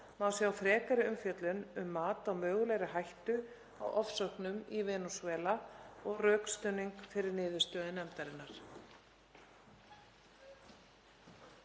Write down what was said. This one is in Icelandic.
má sjá frekari umfjöllun um mat á mögulegri hættu á ofsóknum í Venesúela og rökstuðning fyrir niðurstöðu nefndarinnar.